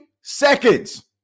seconds